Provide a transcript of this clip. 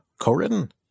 co-written